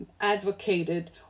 advocated